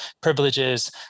privileges